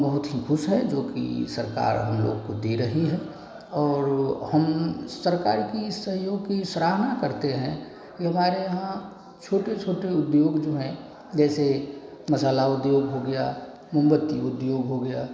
बहुत ही ख़ुश है जो कि सरकार हम लोग को दे रही है और हम सरकार की सहयोग की सराहना करते हैं कि हमारे यहाँ छोटे छोटे उद्योग जो हैं जैसे मसाला उद्योग हो गया मोमबत्ती उद्योग हो गया